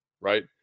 right